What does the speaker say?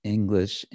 English